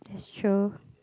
true